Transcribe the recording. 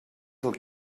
del